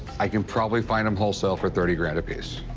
i can probably find them wholesale for thirty grand apiece.